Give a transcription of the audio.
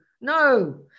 No